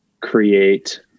create